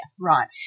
right